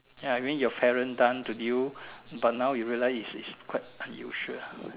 ya I mean your parents done to you but now you realize is is quite unusual